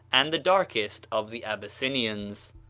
and the darkest of the abyssinians.